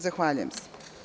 Zahvaljujem se.